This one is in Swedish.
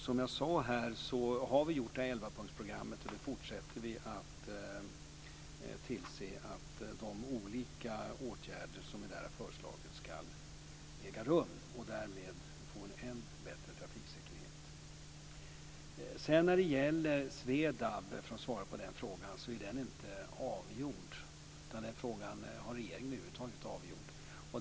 Som jag sade har vi det här 11-punktsprogrammet, och vi fortsätter att tillse att de olika åtgärder som vi där har föreslagit ska äga rum för att därmed få en än bättre trafiksäkerhet. Sedan ska jag svara på frågan om Svedab. Den frågan är inte avgjord. Den frågan har regeringen över huvud taget inte avgjort.